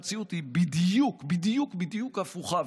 המציאות היא בדיוק בדיוק בדיוק הפוכה.